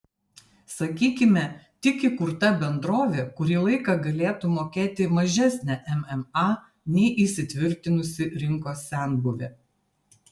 sakykime tik įkurta bendrovė kurį laiką galėtų mokėti mažesnę mma nei įsitvirtinusi rinkos senbuvė